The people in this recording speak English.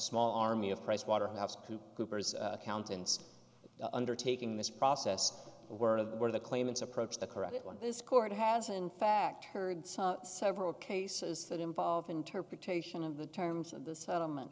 small army of pricewaterhouse coopers accountants undertaking this process were were the claimants approach the correct one this court has in fact heard saw several cases that involve interpretation of the terms of the settlement